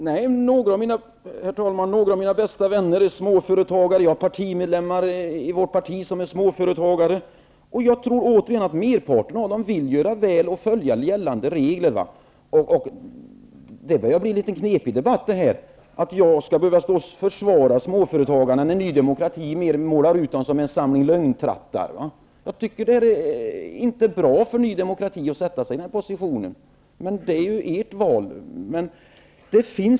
Herr talman! Några av mina bästa vänner är småföretagare. Det finns medlemmar i mitt parti som är småföretagare. Jag tror att merparten av dem vill göra väl och följa gällande regler. Den här debatten börjar bli litet knepig. Här skall jag behöva stå och försvara småföretagarna när Ny demokrati målar ut dem som en samling lögntrattar. Det är inte bra för Ny demokrati att försätta sig i den positionen -- men det är Ny demokratis val.